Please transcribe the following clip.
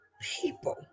people